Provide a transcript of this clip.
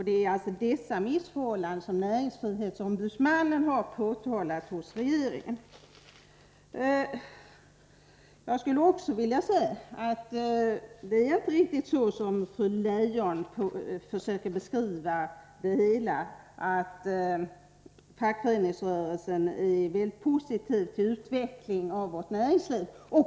Det är dessa missförhållanden som näringsfrihetsombudsmannen påtalat hos regeringen. Det är inte riktigt så som fru Leijon försöker beskriva det hela, dvs. att fackföreningsrörelsen är mycket positivt inställd till utvecklingen av vårt näringsliv.